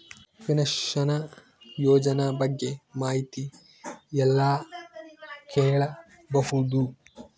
Pension ಯೋಜನ ಬಗ್ಗೆ ಮಾಹಿತಿ ಎಲ್ಲ ಕೇಳಬಹುದು?